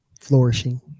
Flourishing